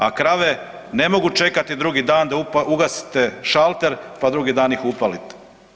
A krave ne mogu čekati drugi dan da ugasite šalter, pa drugi dan ih upalite.